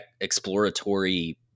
exploratory